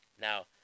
Now